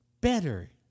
better